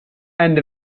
and